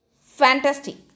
fantastic